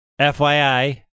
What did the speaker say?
FYI